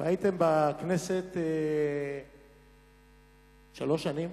הייתם בכנסת שלוש שנים,